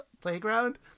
playground